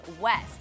West